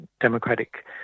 democratic